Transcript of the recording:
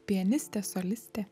pianistė solistė